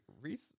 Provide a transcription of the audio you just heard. reese